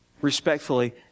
respectfully